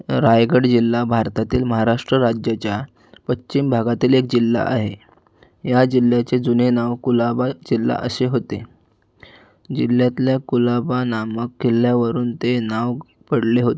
रायगड जिल्हा भारतातील महाराष्ट्र राज्याच्या पश्चिम भागातील एक जिल्हा आहे या जिल्ह्याचे जुने नाव कुलाबा जिल्हा असे होते जिल्ह्यातल्या कुलाबा नामक किल्ल्यावरून ते नाव पडले होते